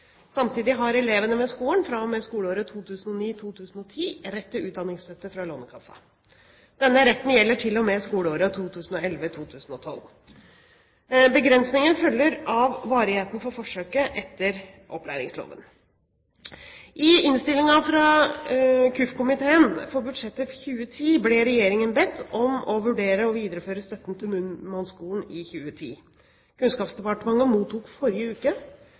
Samtidig har elevene ved skolen fra og med skoleåret 2009–2010 rett til utdanningsstøtte fra Lånekassen. Denne retten gjelder til og med skoleåret 2011–2012. Begrensningen følger av varigheten for forsøket etter opplæringsloven. I innstillingen fra kirke-, utdannings- og forskningskomiteen til budsjettet for 2010 ble Regjeringen bedt om å vurdere å videreføre støtten til Murmansk-skolen i 2010. Kunnskapsdepartementet mottok forrige uke